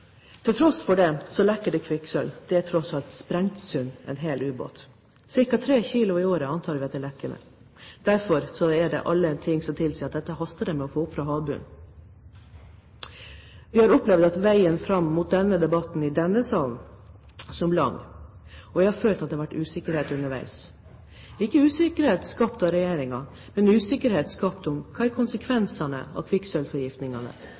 Til tross for det lekker det kvikksølv – det er tross alt en hel ubåt som er sprengt i stykker – ca. 3 kg i året antar vi at det lekker ut. Derfor tilsier alt at det haster med å få dette opp fra havbunnen. Vi har opplevd veien fram mot denne debatten i denne salen som lang, og vi har følt at det har vært usikkerhet underveis – ikke usikkerhet skapt av regjeringen, men usikkerhet skapt om hva som er konsekvensene av